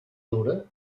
dura